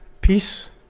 peace